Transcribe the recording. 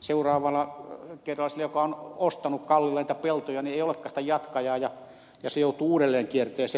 seuraavalla kerralla sille joka on ostanut kalliilla niitä peltoja ei olekaan sitä jatkajaa ja ne joutuvat uudelleen kierteeseen